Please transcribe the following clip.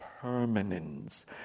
permanence